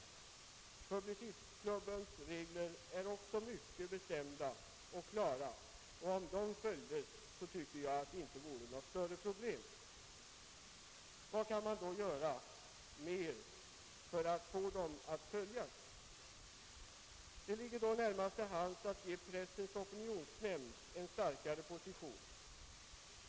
Publicistklubbens regler är också mycket bestämda och klara, och om de åtföljdes vore det inget större problem. Vad mera kan då göras för att så skall ske? Det ligger närmast till hands att ge Pressens opinionsnämnd en starkare position.